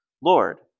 Lord